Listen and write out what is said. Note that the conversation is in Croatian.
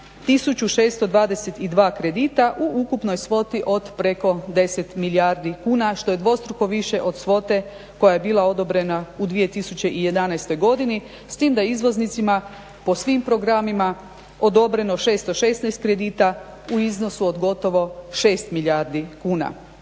1622 kredita u ukupnoj svoti od preko 10 milijardi kuna što je dvostruko više od svote koja je bila odobrena u 2011.godini, s tim da je izvoznicima po svim programima odobreno 616 kredita u iznosu od gotovo 6 milijardi kuna.